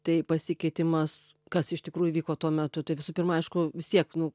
tai pasikeitimas kas iš tikrųjų vyko tuo metu tai visų pirma aišku visiek nu